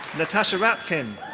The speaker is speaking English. natasha rapkin.